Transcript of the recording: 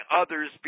others